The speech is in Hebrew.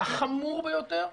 החמור ביותר.